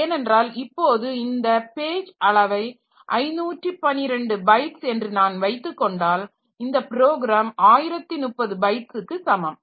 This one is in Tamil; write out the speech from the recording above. ஏனென்றால் இப்போது இந்த பேஜ் அளவை 512 பைட்ஸ் என்று நான் வைத்துக்கொண்டால் இந்த ப்ரோக்ராம் 1030 பைட்ஸ்ஸுக்கு சமம்